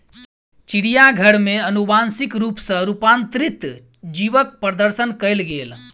चिड़ियाघर में अनुवांशिक रूप सॅ रूपांतरित जीवक प्रदर्शन कयल गेल